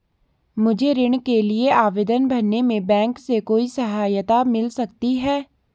मुझे ऋण के लिए आवेदन भरने में बैंक से कोई सहायता मिल सकती है?